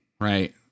right